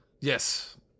Yes